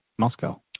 Moscow